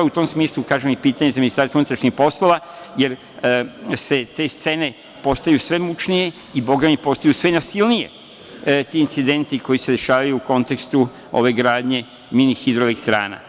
U tom smislu kažem da je pitanja i za MUP, jer te scene postaju sve mučnije i Boga mi, postaju sve nasilniji ti incidenti koji se dešavaju u kontekstu ove gradnje mini hidro-elektrana.